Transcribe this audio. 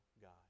God